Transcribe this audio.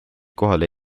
kohale